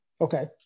Okay